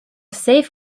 safe